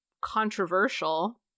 controversial